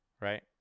right